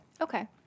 Okay